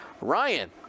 Ryan